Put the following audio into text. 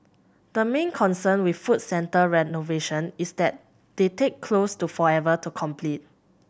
the main concern with food centre renovation is that they take close to forever to complete